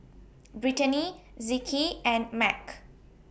Brittanie Zeke and Mack